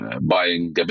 buying